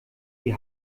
die